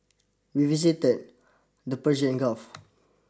we visited the Persian Gulf